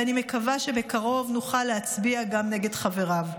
ואני מקווה שבקרוב נוכל להצביע גם נגד חבריו.